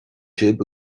sibh